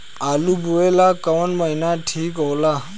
आलू बोए ला कवन महीना ठीक हो ला?